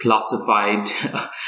classified